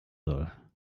soll